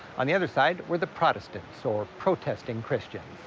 on the other side were the protestants, or protesting christians.